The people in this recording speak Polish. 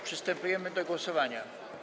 Przystępujemy do głosowania.